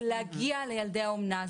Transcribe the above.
להגיע לילדי האומנה.